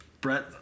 Brett